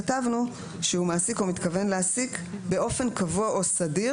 כתבנו שהוא מעסיק או מתכוון להעסיק באופן קבוע או סדיר